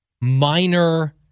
minor